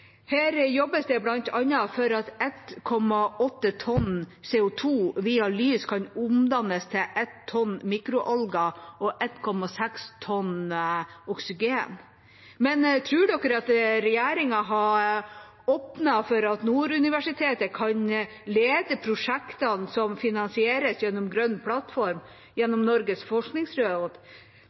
Her jobbes det bl.a. for at 1,8 tonn CO 2 via lys kan omdannes til 1 tonn mikroalger og 1,6 tonn oksygen. Men tror dere at regjeringa har åpnet for at Nord universitet kan lede prosjektene som finansieres gjennom Grønn plattform gjennom Norges forskningsråd,